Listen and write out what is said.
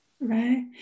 right